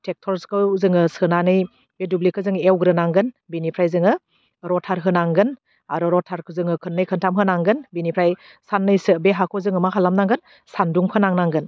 टेक्टरसखौ जोङो सोनानै बे दुब्लिखौ जों एवग्रोनांगोन बेनिफ्राय जोङो रटार होनांगोन आरो रटारखौ खुननै खनथाम होनांगोन बिनिफ्राय साननैसो बे हाखौ मा खालामनांगोन सानदुं फोनां नांगोन